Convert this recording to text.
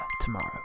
tomorrow